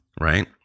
Right